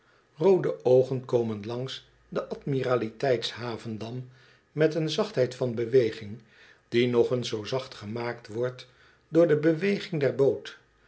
oogen komen langs den admiraliteits havendam met een zachtheid van beweging die nog eens zoo zacht gemaakt wordt door de beweging der boot